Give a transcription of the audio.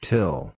Till